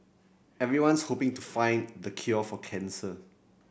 everyone's hoping to find the cure for cancer